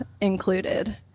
included